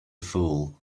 fool